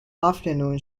afternoon